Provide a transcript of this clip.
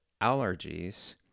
allergies